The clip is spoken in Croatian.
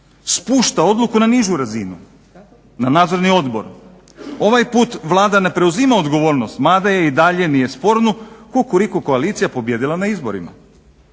Spušta odluku na nižu razinu, na nadzorni odbor. Ovaj put Vlada ne preuzima odgovornost mada je i dalje nije sporno kukuriku koalicija pobijedila na izborima.